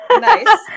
Nice